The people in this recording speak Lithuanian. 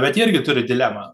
bet jie irgi turi dilemą